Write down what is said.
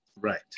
Right